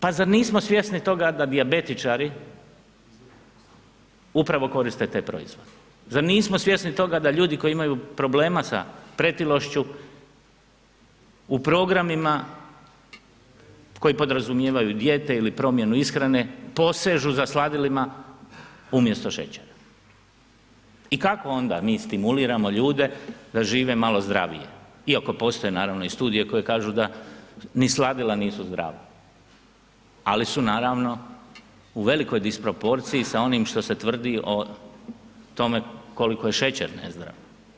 Pa zar nismo svjesni toga da dijabetičari upravo koriste te proizvode, zar nismo svjesni da ljudi koji imaju problema sa pretilošću u programima koji podrazumijevaju dijete ili promjenu ishrane posežu za sladilima umjesto šećera i kako onda mi stimuliramo ljude da žive malo zdravije, iako postoje naravno i studije koje kažu da ni sladila nisu zdrava, ali su naravno u velikoj disproporciji s onim što se tvrdi o tome koliko je šećer nezdrav.